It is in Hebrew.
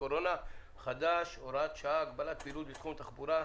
הקורונה החדש (הוראת שעה) (הגבלת פעילות בתחום התחבורה)